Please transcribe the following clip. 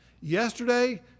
Yesterday